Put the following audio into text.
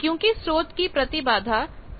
क्योंकि स्रोत की प्रतिबाधा Zs है